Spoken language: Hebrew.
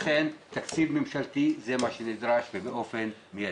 לכן תקציב ממשלתי זה מה שנדרש ובאופן מיידי.